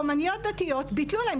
אומנויות דתיות ביטלו להן.